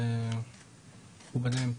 מכובדים.